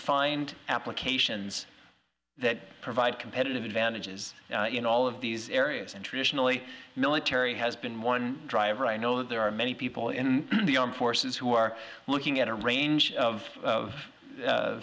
find applications that provide competitive advantages in all of these areas and traditionally military has been one driver i know there are many people in the armed forces who are looking at a range of